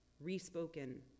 re-spoken